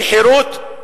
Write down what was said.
בחירות,